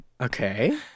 Okay